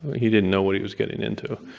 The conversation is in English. he didn't know what he was getting into.